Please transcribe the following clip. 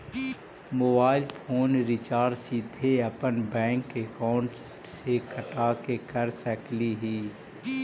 Mobile phone recharge सीधे अपन bank account से कटा के कर सकली ही?